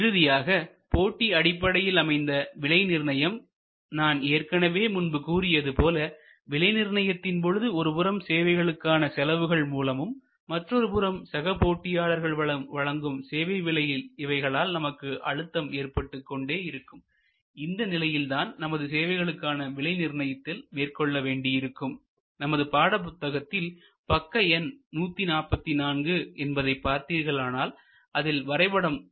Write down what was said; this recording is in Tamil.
இறுதியாக போட்டி அடிப்படையில் அமைந்த விலை நிர்ணயம்நான் ஏற்கனவே முன்பு கூறியது போல விலைநிர்ணயத்தின் பொழுது ஒருபுறம் சேவைகளுக்கான செலவுகள் மூலமும் மற்றொருபுறம் சக போட்டியாளர்கள் வழங்கும் சேவை விலை இவைகளால் நமக்கு அழுத்தம் ஏற்பட்டுக்கொண்டே இருக்கும் இந்த நிலையில்தான் நமது சேவைகளுக்கான விலை நிர்ணயித்தல் மேற்கொள்ள வேண்டியிருக்கும் நமது பாடப்புத்தகத்தில் பக்க எண் 144 என்பதை பார்த்தீர்களானால் அதில்வரைபடம் 6